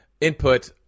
input